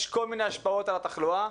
יש כל מיני השפעות על התחלואה.